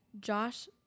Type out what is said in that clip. Josh